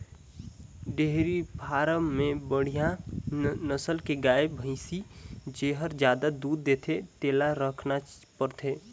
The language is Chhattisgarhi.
डेयरी फारम में बड़िहा नसल के गाय, भइसी जेहर जादा दूद देथे तेला रखना परथे